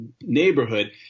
neighborhood